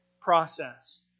process